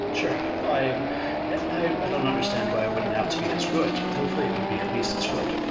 sure. like i but don't understand why it wouldn't have to be as good. hopefully it would be at least as good.